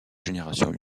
génération